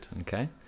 Okay